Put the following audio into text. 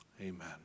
Amen